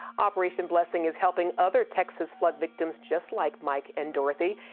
operation blessing is helping other texas flood victims, just like mike and dorothy.